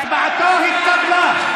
הצבעתו התקבלה.